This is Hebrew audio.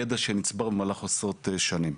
ידע שנצבר במהלך עשרות שנים.